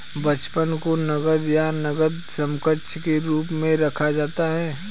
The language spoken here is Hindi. बचत को नकद या नकद समकक्ष के रूप में रखा जाता है